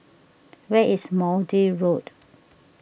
where is Maude Road